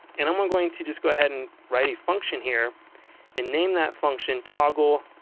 and i'm i'm going to just go ahead and write a function here and name that function toggleaccordion.